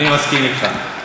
אני מסכים אתך.